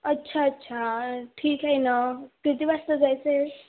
अच्छा अच्छा ठीक आहे ना किती वाजता जायचं आहे